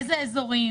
איזה אזורים?